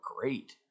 great